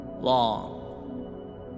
long